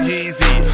easy